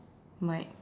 might